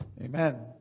Amen